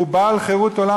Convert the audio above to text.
הוא בעל חירות עולם,